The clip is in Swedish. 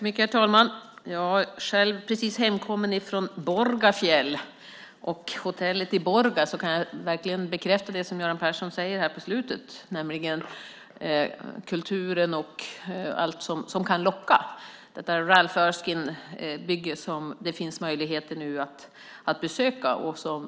Herr talman! Jag har just kommit hem från Borgafjäll och hotellet i Borga och kan verkligen bekräfta det som Göran Persson talade om på slutet, nämligen kulturen och allt som kan locka. Det är ett Ralph Erskinebygge som det nu finns möjlighet att besöka.